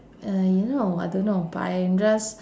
uh yo~ no I don't know but I'm just